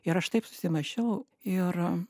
ir aš taip susimąsčiau ir